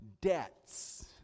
debts